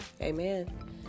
Amen